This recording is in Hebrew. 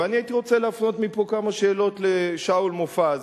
ואני הייתי רוצה להפנות מפה כמה שאלות לשאול מופז,